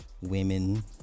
women